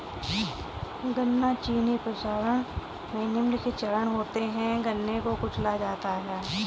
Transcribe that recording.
गन्ना चीनी प्रसंस्करण में निम्नलिखित चरण होते है गन्ने को कुचला जाता है